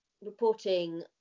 reporting